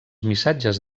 missatges